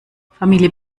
familie